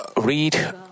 read